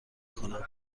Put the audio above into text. کنم